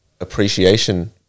appreciation